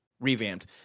Revamped